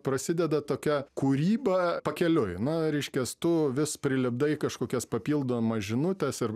prasideda tokia kūryba pakeliui na reiškias tu vis prilipdai kažkokias papildomas žinutes ir